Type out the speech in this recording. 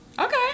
okay